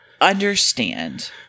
understand